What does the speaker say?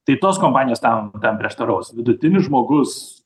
tai tos kompanijos tam tam prieštaraus vidutinis žmogus